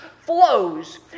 flows